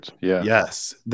yes